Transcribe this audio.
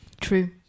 True